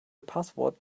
passwort